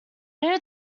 new